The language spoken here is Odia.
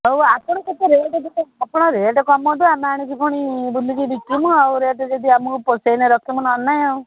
ହେଉ ଆପଣ କେତେ ରେଟ୍ ଆପଣ ରେଟ୍ କମାନ୍ତୁ ଆମେ ଆଣିକି ପୁଣି ବୁଲିକି ବିକିବୁ ଆଉ ଏ ରେଟ୍ ଯଦି ଆମକୁ ପୋଷେଇଲେ ରଖିବୁ ନହେଲେ ନାହିଁ ଆଉ